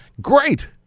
great